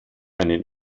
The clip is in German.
einen